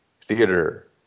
theater